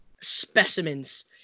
specimens